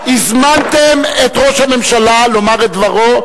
הזמנתם את ראש הממשלה לומר את דברו,